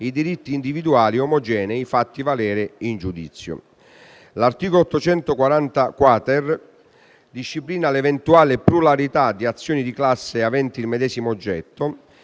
i diritti individuali omogenei fatti valere in giudizio. L'articolo 840-*quater* disciplina l'eventuale pluralità di azioni di classe aventi il medesimo oggetto.